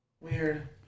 Weird